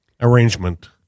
arrangement